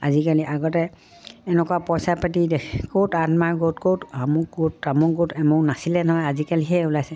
আজিকালি আগতে এনেকুৱা পইচা পাতি দেখ ক'ত আনমাৰ গোট ক'ত আমুক গোট তামুক গোট আমুক নাছিলে নহয় আজিকালিহে ওলাইছে